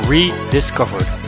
Rediscovered